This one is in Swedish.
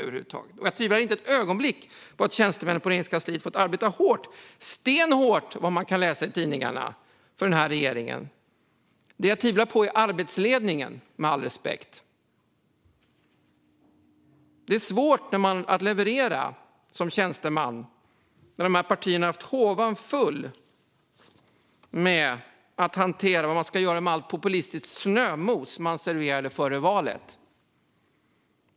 Jag tvivlar inte ett ögonblick på att tjänstemännen på Regeringskansliet har fått arbeta hårt - stenhårt, har man fått läsa i tidningarna - för den här regeringen. Det jag tvivlar på är arbetsledningen, med all respekt. Som tjänsteman är det svårt att leverera när majoritetspartierna har haft fulla håvar. Det är svårt att hantera allt populistiskt snömos som serverades före valet.